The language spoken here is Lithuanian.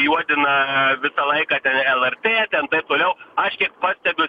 juodina visą laiką ten lrt ten taip toliau aš kiek pastebiu